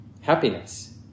happiness